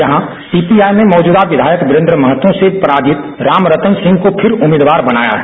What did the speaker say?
यहां सीपीआई ने मौजूदा विधायक वीरेन्द्र महतो से पराजित रामरतन सिंह को फिर उम्मीदवार बनाया है